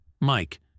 Mike